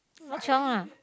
not chiong ah